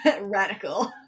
Radical